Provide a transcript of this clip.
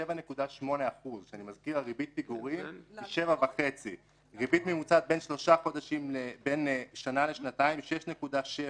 7.8%. אני מזכיר שריבית פיגורים היא 7.5%. ריבית ממוצעת בין שנה לשנתיים היא 6.7%,